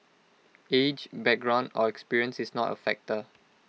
age background or experience is not A factor